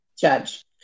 judge